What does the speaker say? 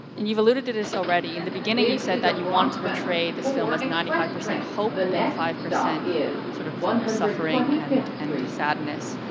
and you've eluded to this already. in the beginning you said that you wanted to portray this film as ninety five percent hope and five percent sort of suffering and and sadness,